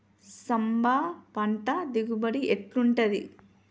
సాంబ పంట దిగుబడి ఎట్లుంటది?